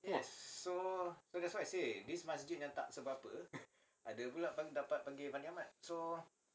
!wah!